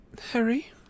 Harry